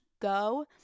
go